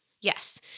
Yes